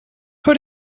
who